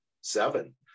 Seven